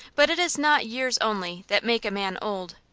but it is not years only that make a man old.